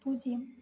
பூஜ்ஜியம்